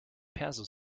perso